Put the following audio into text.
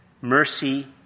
mercy